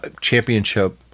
championship